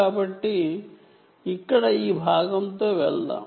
కాబట్టి ఇక్కడ ఈ భాగంతో వెళ్దాం